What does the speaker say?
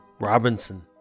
Robinson